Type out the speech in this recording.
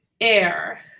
air